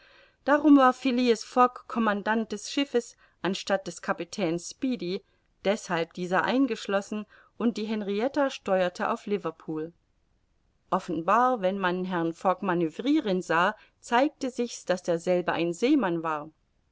darum war phileas fogg commandant des schiffes anstatt des kapitäns speedy deshalb dieser eingeschlossen und die henrietta steuerte auf liverpool offenbar wenn man herrn fogg manövriren sah zeigte sich's daß derselbe ein seemann war